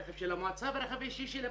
רכב של המועצה ורכב אישי שלי,